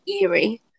eerie